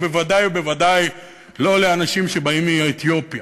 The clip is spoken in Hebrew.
ובוודאי ובוודאי לא לאנשים שבאים מאתיופיה,